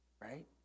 Right